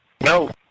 No